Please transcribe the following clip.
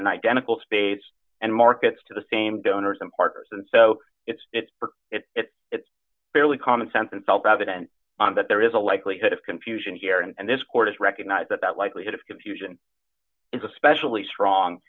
an identical space and markets to the same donors and partners and so it's it's it it's fairly common sense and self evident that there is a likelihood of confusion here and this court has recognized that the likelihood of confusion is especially strong